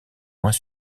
moins